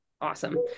Awesome